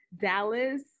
Dallas